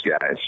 guys